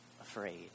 afraid